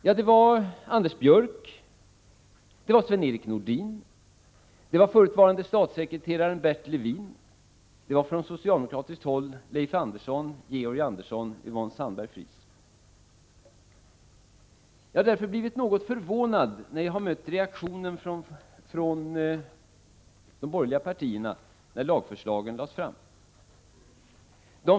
Ja, det var Anders Björck, Sven-Erik Nordin, förutvarande statssekreteraren Bert Levin, från socialdemokratiskt håll Leif Andersson, Georg Andersson och Yvonne Sandberg-Fries. Jag blev något förvånad, när jag mötte reaktionen från de borgerliga partierna när lagförslagen lades fram.